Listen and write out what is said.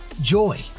Joy